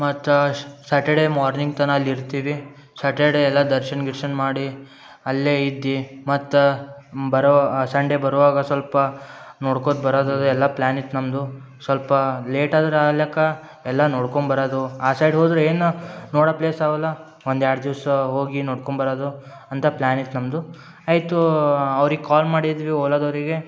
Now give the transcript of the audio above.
ಮತ್ತು ಶ್ Saturday morning ತನ ಅಲ್ಲಿ ಇರ್ತೀವಿ ಸ್ಯಾಟರ್ಡೇ ಎಲ್ಲ ದರ್ಶನ ಗಿರ್ಶನ ಮಾಡಿ ಅಲ್ಲೇ ಇದ್ದು ಮತ್ತು ಬರೋ ಆ ಸಂಡೇ ಬರುವಾಗ ಸ್ವಲ್ಪ ನೋಡ್ಕೊತಾ ಬರದದ ಎಲ್ಲ ಪ್ಲ್ಯಾನ್ ಇತ್ತು ನಮ್ಮದು ಸ್ವಲ್ಪ ಲೇಟ್ ಆದ್ರೆ ಆಯ್ಲಕ್ಕ ಎಲ್ಲ ನೋಡ್ಕೊಂಬರದು ಆ ಸೈಡ್ ಹೋದ್ರೆ ಏನು ನೋಡೋ ಪ್ಲೇಸ್ ಅವೆಲ್ಲ ಒಂದೆರಡು ದಿವಸ ಹೋಗಿ ನೋಡ್ಕೊಂಬರದು ಅಂತ ಪ್ಲ್ಯಾನ್ ಇತ್ತು ನಮ್ಮದು ಆಯಿತು ಅವ್ರಿಗೆ ಕಾಲ್ ಮಾಡಿದ್ವಿ ಓಲದವರಿಗೆ